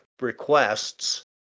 requests